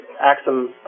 Axum